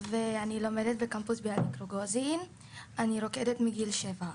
אני לומדת בקמפוס ביאליק רוגוזין ואני רוקדת מגיל שבע.